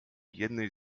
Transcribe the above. jednej